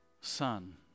son